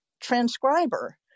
transcriber